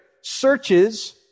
searches